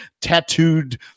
tattooed